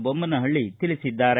ಮೊಮ್ಗನಹಳ್ಳ ತಿಳಿಸಿದ್ದಾರೆ